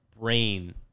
brain